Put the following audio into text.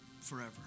forever